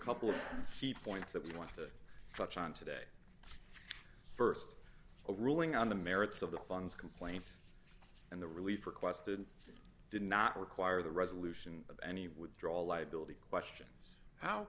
couple key points that we want to touch on today st a ruling on the merits of the funds complaint and the relief requested did not require the resolution of any withdrawal liability questions how